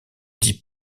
dit